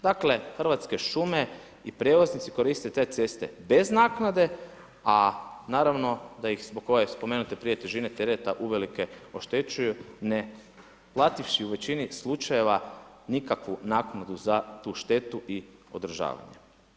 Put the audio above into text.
Dakle, Hrvatske šume i prijevoznici koriste te ceste bez naknade a naravno da ih zbog ove spomenute prije težine tereta, uvelike oštećuju ne plativši u većini slučajeva nikakvu naknadu za tu štetu i održavanje.